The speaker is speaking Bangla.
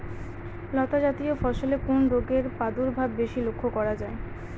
লতাজাতীয় ফসলে কোন রোগের প্রাদুর্ভাব বেশি লক্ষ্য করা যায়?